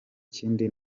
kindi